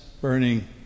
burning